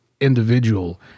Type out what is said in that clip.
individual